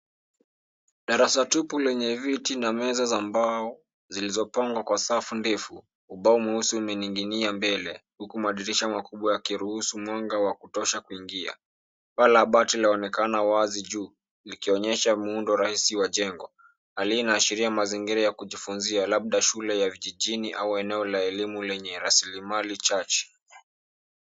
Darasa tupu lenye viti na meza za mbao zilizopangwa kwa safu ndefu. Ubao mweusi umeninginia mbele, huku madirisha makubwa yakiruhusu mwanga wa kutosha kuingia. Paa la bati laonekana juu likionyesha muundo rahisi wa jengo. Hali hii inaashiria mazingira ya kujifunzia labda shule ya vijijini au eneo la elimu lenye rasilimali chache.